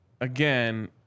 again